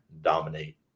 dominate